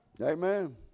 Amen